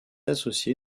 associé